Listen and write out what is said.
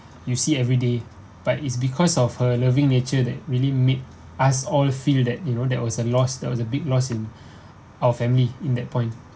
you see every day but it's because of her loving nature that really made us all feel that you know that was a loss that was a big loss in our family in that point